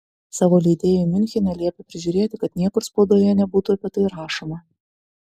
savo leidėjui miunchene liepė prižiūrėti kad niekur spaudoje nebūtų apie tai rašoma